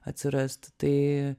atsirasti tai